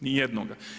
Nijednoga.